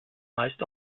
meist